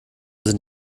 sind